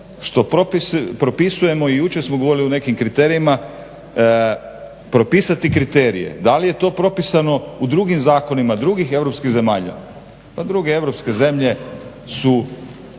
što propisujemo i jučer smo govorili o nekim kriterijima, propisati kriterije, da li je to propisano u drugim zakonima drugih europskih zemalja, pa druge europske zemlje su